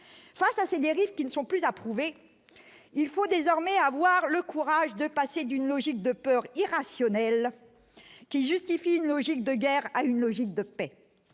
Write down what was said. face à ces dérives qui ne sont plus à prouver, il faut désormais avoir le courage de passer d'une logique de peur irrationnelle qui justifie une logique de guerre à une logique de paix